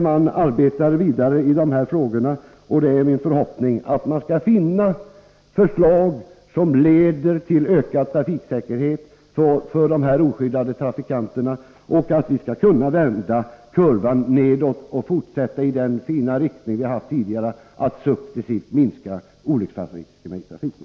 Man arbetar vidare med dessa frågor, och det är min förhoppning att man skall finna förslag som leder till ökad trafiksäkerhet för de oskyddade trafikanterna och att vi skall kunna vända kurvan nedåt i den fina riktning den hade tidigare, så att vi successivt kan minska olycksfallsriskerna i trafiken.